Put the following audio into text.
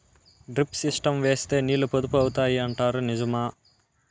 Drip system వేస్తే నీళ్లు పొదుపు అవుతాయి అంటారు నిజమా?